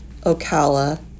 Ocala